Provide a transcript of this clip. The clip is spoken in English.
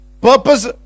purpose